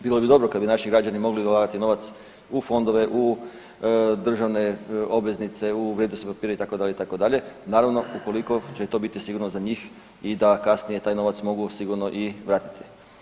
Bilo bi dobro kad bi naši građani mogli ulagati novac u fondove, u državne obveznice, u vrijednosne papire itd., itd., naravno ukoliko će to biti sigurno za njih i da kasnije taj novac mogu sigurno i vratiti.